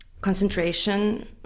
concentration